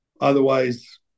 otherwise